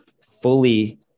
fully